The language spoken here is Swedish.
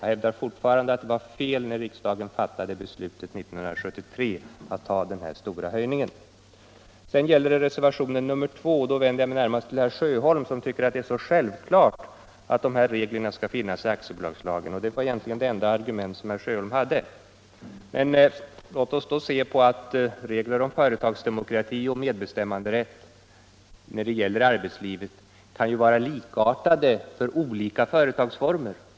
Jag hävdar fortfarande att det, när riksdagen fattade beslutet 1973, var fel att ta den stora höjning av aktiekapital som då skedde. Beträffande reservationen 2 vänder jag mig närmast till herr Sjöholm, som tycker det är självklart att dessa regler om ökat inflytande för de anställda skall finnas i aktiebolagslagen. Det var egentligen det enda argument som herr Sjöholm hade att anföra. Men låt oss då beakta att regler om företagsdemokrati och medbestämmanderätt i arbetslivet kan vara likartade för olika företagsformer.